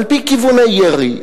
על-פי כיווני ירי,